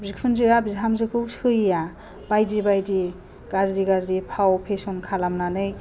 बिखुनजोआ बिहामजोखौ सैया बायदि बायदि गाज्रि गाज्रि फाव फेसन खालामनानै